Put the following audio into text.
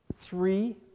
Three